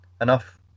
Enough